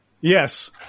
yes